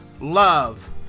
love